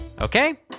Okay